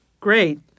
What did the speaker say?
Great